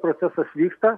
procesas vyksta